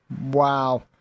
Wow